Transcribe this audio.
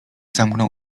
zamknął